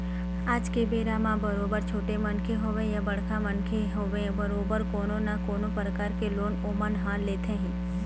आज के बेरा म बरोबर छोटे मनखे होवय या बड़का मनखे होवय बरोबर कोनो न कोनो परकार के लोन ओमन ह लेथे ही